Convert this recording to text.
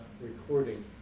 recording